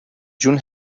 جون